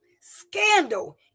scandal